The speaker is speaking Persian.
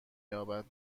یابد